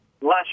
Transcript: last